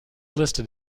listed